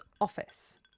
office